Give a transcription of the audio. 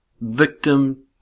victim